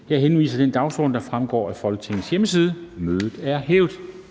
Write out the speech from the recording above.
Jeg henviser til den dagsorden, der fremgår af Folketingets hjemmeside. Mødet er hævet.